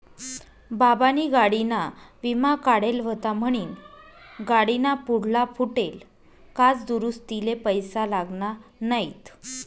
बाबानी गाडीना विमा काढेल व्हता म्हनीन गाडीना पुढला फुटेल काच दुरुस्तीले पैसा लागना नैत